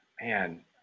man